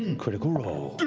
and critical role.